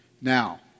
Now